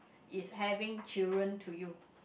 is having children to you